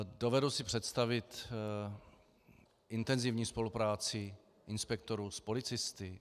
Dovedu si představit intenzivní spolupráci inspektorů s policisty.